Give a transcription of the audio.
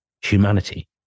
humanity